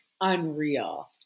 unreal